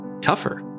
tougher